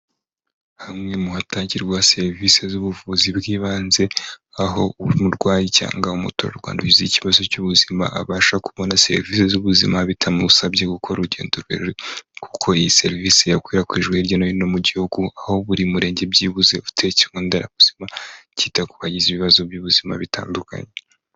Hamwe mu hatangirwa serivisi z'ubuvuzi bw'ibanze aho umurwayi cyangwa umuturarwanda ikibazo cy'ubuzima abasha kubona serivisi z'ubuzima bitamumusabye gukora urugendo rurerure kuko iyi serivisi yakwirakwijwe hirya no hino mu gihugu aho buri murenge byibuze ufite ikigo nderabuzima cyita ku bagize ibibazo by'ubuzima bitandukanye.